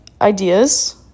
ideas